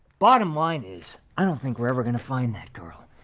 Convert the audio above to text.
bottom line is, i don't think we're ever gonna find that girl.